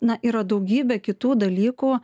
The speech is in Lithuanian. na yra daugybė kitų dalykų